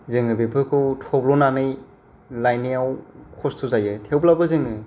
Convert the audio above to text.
जोङो बेफोरखौ थब्ल'नानै लायनायाव खस्थ' जायो थेवब्लाबो जोङो